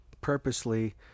purposely